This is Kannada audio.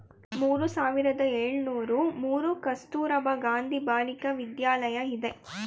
ಮೂರು ಸಾವಿರದ ಏಳುನೂರು ಮೂರು ಕಸ್ತೂರಬಾ ಗಾಂಧಿ ಬಾಲಿಕ ವಿದ್ಯಾಲಯ ಇದೆ